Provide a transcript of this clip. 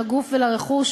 לגוף ולרכוש,